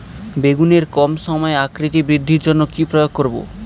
বেগুনের কম সময়ে আকৃতি বৃদ্ধির জন্য কি প্রয়োগ করব?